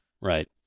Right